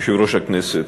יושב-ראש הכנסת,